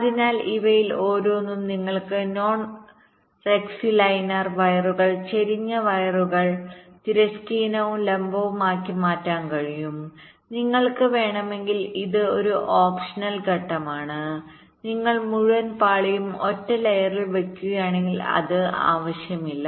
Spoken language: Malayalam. അതിനാൽ ഇവയിൽ ഓരോന്നും നിങ്ങൾക്ക് നോൺ റെക്റ്റിലൈനർ വയറുകൾ ചരിഞ്ഞ വയറുകൾnon rectilinear wires slanted wiresതിരശ്ചീനവും ലംബവും ആക്കി മാറ്റാൻ കഴിയും നിങ്ങൾക്ക് വേണമെങ്കിൽ ഇത് ഒരു ഓപ്ഷണൽ ഘട്ടമാണ് നിങ്ങൾ മുഴുവൻ പാളിയും ഒറ്റ ലെയറിൽ വെക്കുകയാണെങ്കിൽ അത് ആവശ്യമില്ല